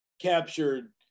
captured